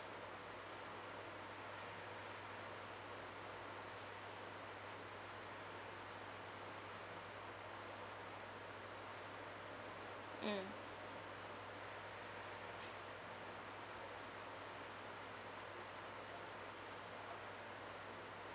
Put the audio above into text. mm